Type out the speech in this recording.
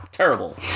Terrible